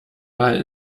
mal